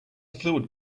fluid